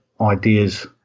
ideas